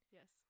Yes